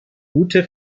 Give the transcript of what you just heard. gute